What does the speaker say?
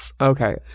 Okay